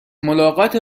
ملاقات